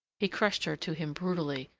he crushed her to him brutally,